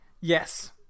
Yes